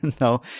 No